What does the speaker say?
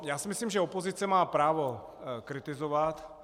Já si myslím, že opozice má právo kritizovat.